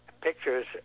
pictures